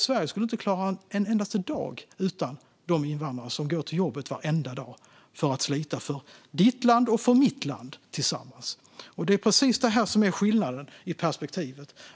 Sverige skulle inte klara en endaste dag utan de invandrare som går till jobbet varenda dag för att slita för ditt land och för mitt land tillsammans. Det är precis detta som är skillnaden i perspektiv.